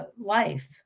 life